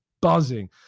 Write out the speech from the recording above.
buzzing